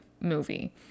movie